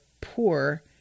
poor